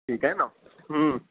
ठीकु आहे न हूं